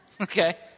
Okay